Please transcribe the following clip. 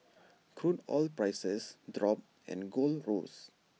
crude oil prices dropped and gold rose